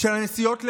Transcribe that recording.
של הנסיעות לחו"ל,